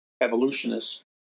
evolutionists